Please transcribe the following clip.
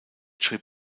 schrieb